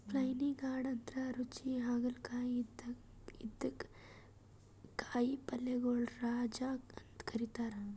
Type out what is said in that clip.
spiny gourd ಅಂದ್ರ ರುಚಿ ಹಾಗಲಕಾಯಿ ಇದಕ್ಕ್ ಕಾಯಿಪಲ್ಯಗೊಳ್ ರಾಜ ಅಂತ್ ಕರಿತಾರ್